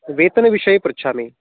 वेतनविषये पृच्छामि